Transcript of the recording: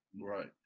Right